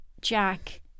Jack